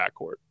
backcourt